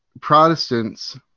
Protestants